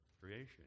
creation